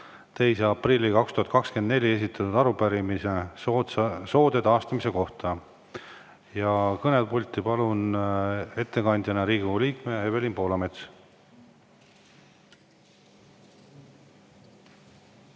2. aprillil 2024 esitatud arupärimine soode taastamise kohta. Kõnepulti palun ettekandeks Riigikogu liikme Evelin Poolametsa.